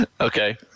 Okay